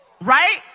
Right